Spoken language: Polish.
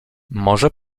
może